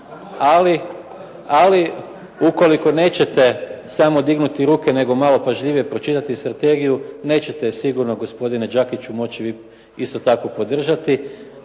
Ali ukoliko nećete samo dignuti ruke, nego malo pažljivije pročitati strategiju, nećete sigurno gospodine Đakiću moći vi isto tako podržati.